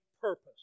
purpose